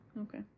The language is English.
Okay